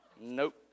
Nope